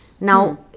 Now